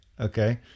Okay